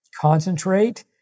concentrate